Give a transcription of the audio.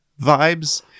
vibes